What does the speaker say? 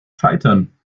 scheitern